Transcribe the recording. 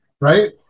Right